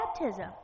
baptism